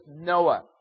Noah